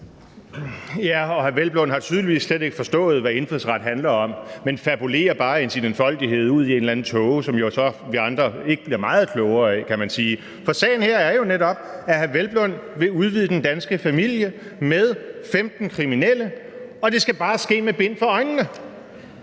har tydeligvis slet ikke forstået, hvad indfødsret handler om, men fabulerer bare i sin enfoldighed ud i en eller anden tåge, som vi andre jo så ikke bliver meget klogere af, kan man sige. For sagen her er jo netop, at hr. Hvelplund vil udvide den danske familie med 15 kriminelle, og det skal bare ske med bind for øjnene.